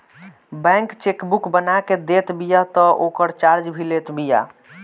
bank chequebook बना के देत बिया तअ ओकर चार्ज भी लेत बिया